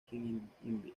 quien